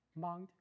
Mount